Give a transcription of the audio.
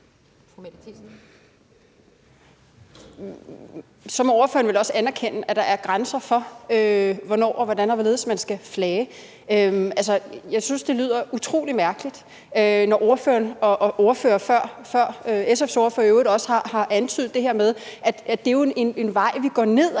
Så må ordføreren vel også anerkende, at der er grænser for, hvornår og hvordan og hvorledes man skal flage? Jeg synes, det lyder utrolig mærkeligt, når ordføreren og i øvrigt også ordførere før SF's ordfører har antydet det her med, at det jo er en vej, vi går ned ad,